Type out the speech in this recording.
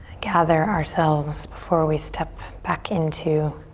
gather ourselves before we step back into